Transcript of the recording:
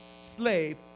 slave